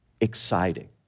exciting